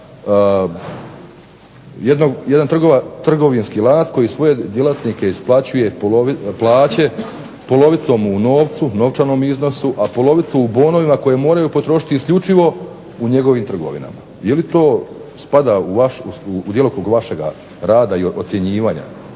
jedan trgovinski lanac koji svoje djelatnike isplaćuje plaće polovicom u novcu, novčanom iznosu, a polovicu u bonovima koje moraju potrošiti isključivo u njegovim trgovinama. Je li to spada u djelokrug vašega rada i ocjenjivanja?